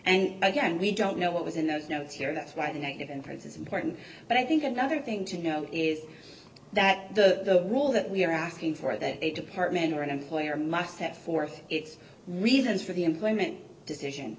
and again we don't know what was in those notes here that's why night and france is important but i think another thing to note is that the rule that we are asking for that a department or an employer must set forth its reasons for the employment decision